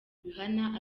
rihanna